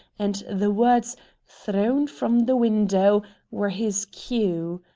and the words thrown from the window were his cue.